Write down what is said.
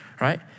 right